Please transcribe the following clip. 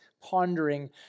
pondering